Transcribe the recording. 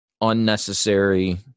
unnecessary